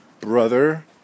brother